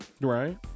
right